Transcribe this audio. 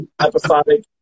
episodic